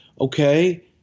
Okay